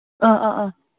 ꯑꯥ ꯑꯥ ꯑꯥ